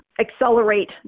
accelerate